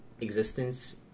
existence